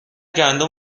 گندم